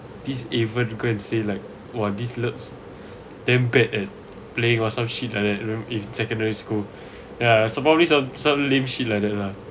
this evan go and say like !wah! this lad damn bad at playing or some shit like that remember in secondary school ya some more or some lame shit like that lah